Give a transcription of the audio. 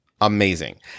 amazing